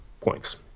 points